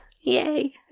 Yay